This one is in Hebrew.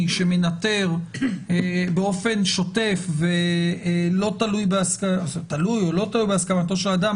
שמנטר באופן שוטף ותלוי או לא תלוי בהסכמתו של אדם,